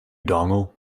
dongle